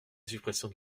suppression